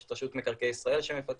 יש את רשות מקרקעי ישראל שמפתחת,